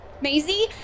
Maisie